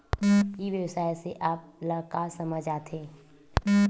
ई व्यवसाय से आप ल का समझ आथे?